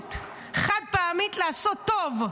הזדמנות חד-פעמית לעשות טוב,